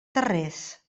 tarrés